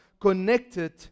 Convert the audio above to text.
connected